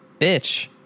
Bitch